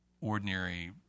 ordinary